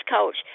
coach